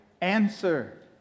answer